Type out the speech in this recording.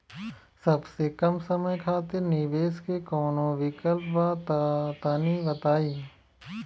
सबसे कम समय खातिर निवेश के कौनो विकल्प बा त तनि बताई?